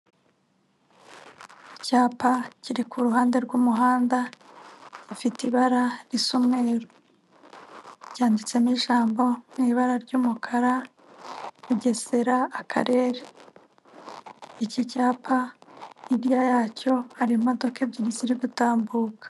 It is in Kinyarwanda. Icyapa kiri ku ruhande rw'umuhanda, gifite ibara risa umweru. Cyanditsemo ijambo mu ibara ry'umukara, Bugesera, Akarere. Iki cyapa, hirya yacyo, hari imodoka ebyiri ziri gutambuka.